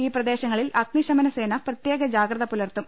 ഈ പ്രദേശങ്ങളിൽ അഗ്നിശ മനസേന പ്രത്യേക ജാഗ്രത പുലർത്തും